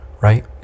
Right